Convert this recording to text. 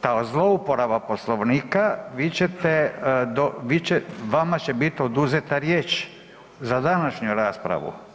ta zlouporaba Poslovnika vi ćete, vama će bit oduzeta riječ za današnju raspravu.